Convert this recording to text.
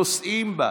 נוסעים בה.